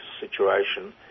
situation